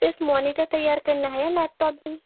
صرف مونیٹر تیار کرنا ہے یا لیپ ٹاپ بھی